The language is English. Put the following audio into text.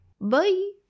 Bye